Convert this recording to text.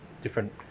different